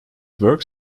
work